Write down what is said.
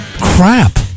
crap